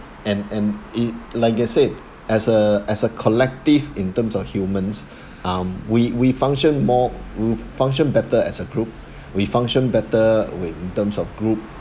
and and it like I said as a as a collective in terms of humans um we we function more we function better as a group we function better when in terms of group